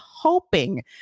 hoping